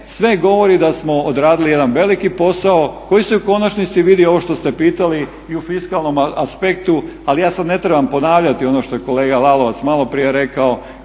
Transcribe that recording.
sve govori da smo odradili jedan veliki posao koji se u konačnici vidi ovo što ste pitali i u fiskalnom aspektu, ali ja sada ne trebam ponavljati ono što je kolega Lalovac malo prije rekao